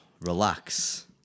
relax